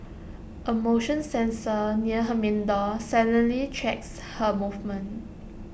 A motion sensor near her main door silently tracks her movements